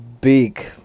big